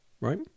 right